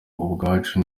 ubwacu